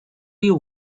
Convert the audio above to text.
you